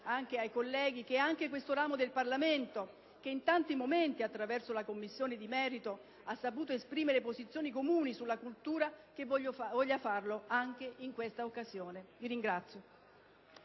ai colleghi, che questo ramo del Parlamento, che in tanti momenti attraverso la Commissione di merito ha saputo esprimere posizioni comuni sulla cultura, voglia farlo anche in questa occasione. *(Applausi